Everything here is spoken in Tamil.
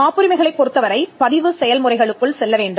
காப்புரிமை களைப் பொருத்தவரை பதிவு செயல்முறைகளுக்குள் செல்ல வேண்டும்